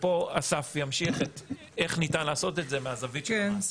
ופה אסף ימשיך איך ניתן לעשות את זה מהזווית של המעסיק.